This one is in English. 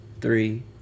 three